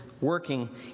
working